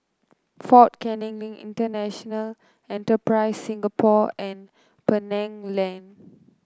Fort Canning Link International Enterprise Singapore and Penang Lane